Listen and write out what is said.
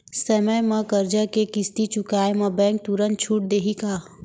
समय म करजा के किस्ती चुकोय म बैंक तुरंत छूट देहि का?